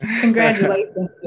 Congratulations